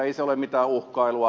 ei se ole mitään uhkailua